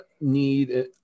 need